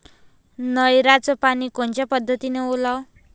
नयराचं पानी कोनच्या पद्धतीनं ओलाव?